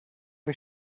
ich